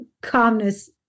calmness